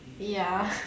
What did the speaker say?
ya